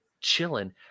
chilling